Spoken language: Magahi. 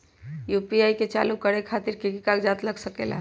यू.पी.आई के चालु करे खातीर कि की कागज़ात लग सकेला?